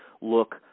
look